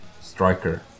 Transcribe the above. striker